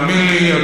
תאמין לי,